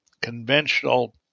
conventional